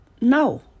No